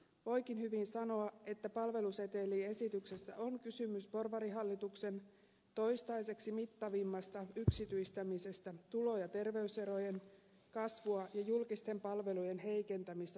voikin hyvin sanoa että palveluseteliesityksessä on kysymys porvarihallituksen toistaiseksi mittavimmasta yksityistämisestä tulo ja terveyserojen kasvua ja julkisten palvelujen heikentämistä tarkoittavasta esityksestä